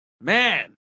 Man